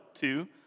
Two